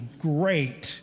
great